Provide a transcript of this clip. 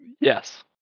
Yes